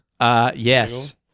Yes